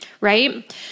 right